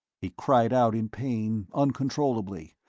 he cried out in pain, uncontrollably,